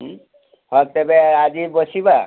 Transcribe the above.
ଉଁ ହଉ ତେବେ ଆଜି ବସିବା